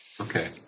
Okay